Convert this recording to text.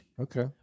Okay